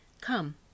Come